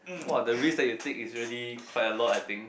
!wah! the risk that you take is really quite a lot I think